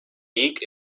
beak